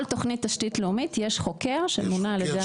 בכל תכנית תשתית לאומית יש חוקר שמונה על ידי המדינה.